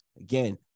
Again